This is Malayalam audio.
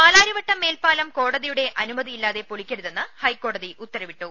പാലാരിവട്ടം മേൽപ്പാലം കോടതിയുടെ അനുമതിയില്ലാതെ പൊളിക്കരുതെന്ന് ഹൈക്കോടതി ഉത്തരവിട്ടു